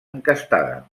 encastada